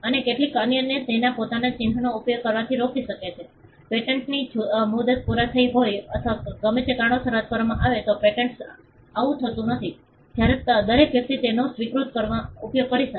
અને એરટેલ અન્યને તેના પોતાના ચિહ્નનો ઉપયોગ કરવાથી રોકી શકે છે પેટન્ટની મુદત પૂરી થઈ હોય અથવા ગમે તે કારણોસર રદ કરવામાં આવે તો પેટન્ટમાં આવું થતું નથી જ્યારે દરેક વ્યક્તિ તેનો સ્વીકૃતિ ઉપયોગ કરી શકે